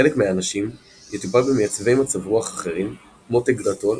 חלק מהאנשים יטופל במייצבי מצב רוח אחרים כמו טגרטול,